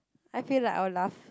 I feel like I will laugh